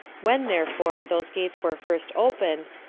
when, therefore, those gates were first opened,